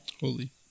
holy